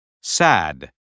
Sad